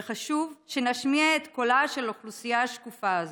וחשוב שנשמיע את קולה של אוכלוסייה שקופה זו.